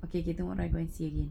okay okay tomorrow I go and see again